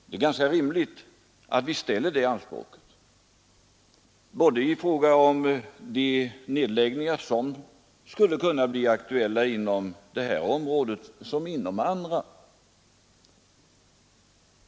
Det är rimligt att vi reser det anspråket när det gäller nedläggningar som skulle kunna bli aktuella inom detta område som inom andra.